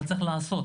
אבל צריך לעשות,